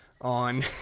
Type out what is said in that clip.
on